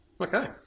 Okay